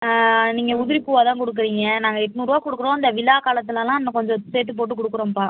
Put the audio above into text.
நீங்கள் உதிரிப்பூவாக தான் கொடுக்குறீங்க நாங்கள் எட்நூறுரூவா கொடுக்குறோம் இந்த விழா காலத்துலலாம் இன்னும் கொஞ்சம் சேர்த்து போட்டு கொடுக்குறோம்ப்பா